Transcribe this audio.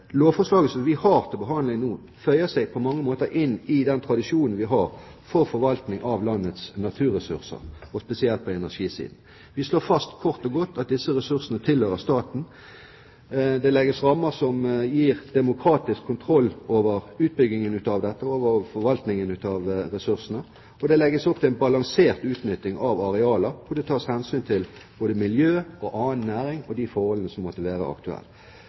lovforslaget som vi her har til behandling, er selvfølgelig den viktigste delen av det, og det føyer seg på mange måter inn i rekken av de tradisjoner vi har for forvaltning av landets naturressurser, spesielt på energisiden. Vi slår kort og godt fast at disse ressursene tilhører staten. Det legges rammer som gir demokratisk kontroll over utbyggingen av dette og over forvaltningen av ressursene. Det legges opp til en balansert utnytting av arealer, og det tas hensyn til både miljø, annen næring og de forholdene som måtte være aktuelle.